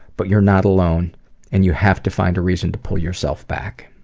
but you're not alone and you have to find a reason to pull yourself back.